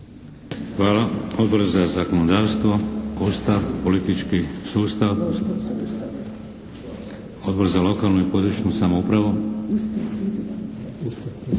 Hvala. Odbor za zakonodavstvo, Ustav, politički sustav? Odbor za lokalnu i područnu samoupravu?